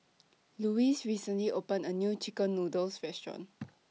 Lewis recently opened A New Chicken Noodles Restaurant